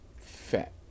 Fat